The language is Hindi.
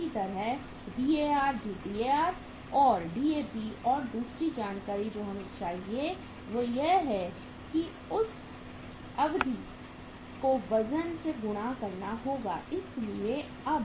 इसी तरह DAR भी DAR और DAP और दूसरी जानकारी जो हमें चाहिए वह यह है कि उस अवधि को वजन से गुणा करना होगा